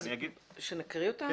שנקרא אותם?